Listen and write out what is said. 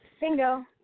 Bingo